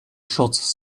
shots